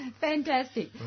Fantastic